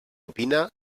opina